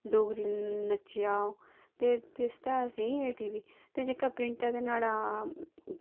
ते डोगरी नच्चेआ ओह् ते दसदा ऐ एह् असेंगी टीवी ते जेह्का प्रिंट ऐ नुहाड़ा